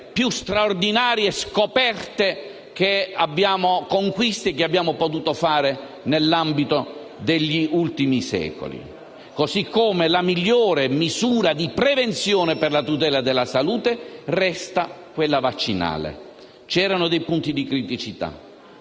più straordinarie conquiste che abbiamo potuto fare negli ultimi secoli. Così come la migliore misura di prevenzione per la tutela della salute resta quella vaccinale. C'erano dei punti di criticità,